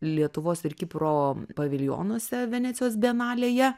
lietuvos ir kipro paviljonuose venecijos bienalėje